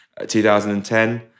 2010